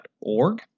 org